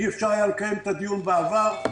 אי-אפשר היה לקיים את הדיון בעבר.